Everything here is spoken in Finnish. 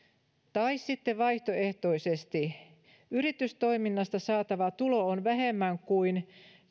tai sitten vaihtoehtoisesti yritystoiminnasta saatava tulo on vähemmän kuin